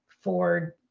Ford